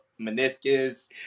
meniscus